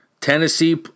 Tennessee